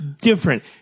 Different